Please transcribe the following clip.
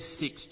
six